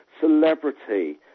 celebrity